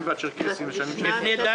והצ'רקסיים לשנים 2016 2019". "שירותי דת